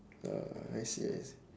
oh I see I see